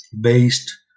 based